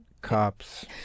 cops